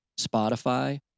Spotify